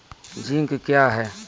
Zinc क्या हैं?